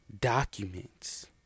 documents